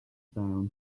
down